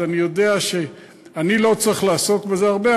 אז אני יודע שאני לא צריך לעסוק בזה הרבה,